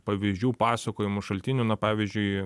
pavyzdžių pasakojimų šaltinių na pavyzdžiui